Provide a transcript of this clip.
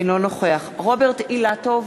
אינו נוכח רוברט אילטוב,